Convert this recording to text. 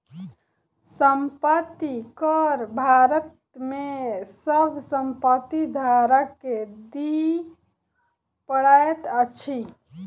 संपत्ति कर भारत में सभ संपत्ति धारक के दिअ पड़ैत अछि